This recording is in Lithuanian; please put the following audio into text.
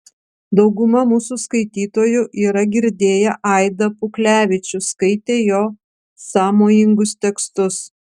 dauguma mūsų skaitytojų yra girdėję aidą puklevičių skaitę jo sąmojingus tekstus